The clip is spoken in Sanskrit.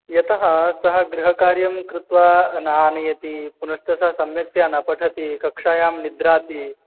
यतः सः गृहकार्यं कृत्वा नानयति पुनश्च सः सम्यक्तया न पठति कक्षायां निद्राति